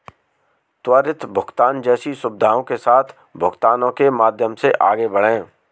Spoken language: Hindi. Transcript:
त्वरित भुगतान जैसी सुविधाओं के साथ भुगतानों के माध्यम से आगे बढ़ें